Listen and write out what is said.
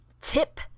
tip